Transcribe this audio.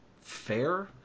fair